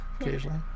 occasionally